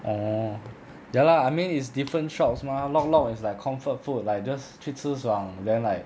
ah ya lah I mean is different shops mah lok lok is like comfort food like just 去吃爽 then like